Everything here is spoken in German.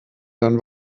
dann